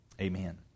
Amen